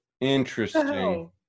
Interesting